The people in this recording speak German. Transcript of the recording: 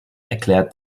erklärt